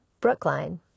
Brookline